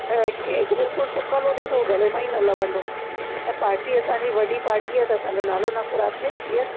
ऐं केक बिल्कुलु सुकलु हुजे त हू गले मां ई न लहंदो ऐं पार्टी असांजी वॾी पार्टी आहे त असांजो नालो न ख़राब थिए जीअं